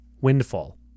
Windfall